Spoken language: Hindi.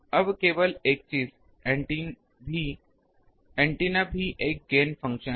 अब केवल एक चीज एंटीना भी एक गेन फंक्शन है